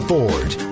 Ford